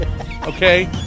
okay